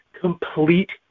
complete